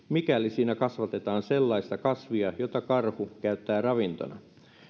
mikäli siinä kasvatetaan sellaista kasvia jota karhu käyttää ravintona